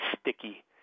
sticky